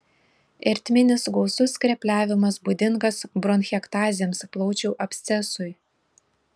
ertminis gausus skrepliavimas būdingas bronchektazėms plaučių abscesui